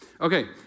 Okay